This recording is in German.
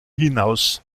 hinaus